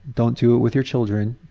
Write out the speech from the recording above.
don't do it with your children,